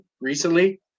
recently